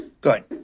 Good